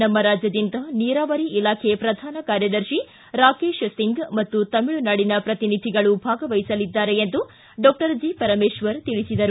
ನಮ್ಮ ರಾಜ್ಯದಿಂದ ನೀರಾವರಿ ಇಲಾಖೆ ಪ್ರಧಾನ ಕಾರ್ಯದರ್ಶಿ ರಾಕೇಶ್ ಸಿಂಗ್ ಹಾಗೂ ತಮಿಳುನಾಡಿನ ಪ್ರತಿನಿಧಿಗಳು ಭಾಗವಹಿಸಲಿದ್ದಾರೆ ಎಂದು ಹೇಳಿದರು